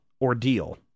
ordeal